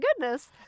goodness